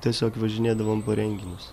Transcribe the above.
tiesiog važinėdavom po renginius